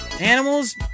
Animals